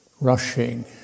rushing